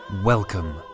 Welcome